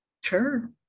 Sure